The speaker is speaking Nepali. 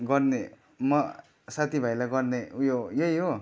गर्ने म साथीभाइलाई गर्ने उयो यही हो